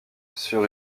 sur